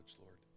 Lord